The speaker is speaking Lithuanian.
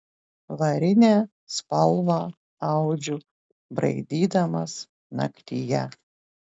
varinę spalvą audžiu braidydamas naktyje